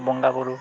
ᱵᱚᱸᱜᱟ ᱵᱳᱨᱳ